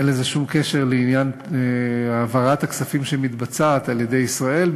אין לזה שום קשר לעניין העברת הכספים שמתבצעת על-ידי ישראל,